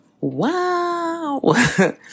wow